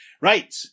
Right